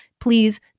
Please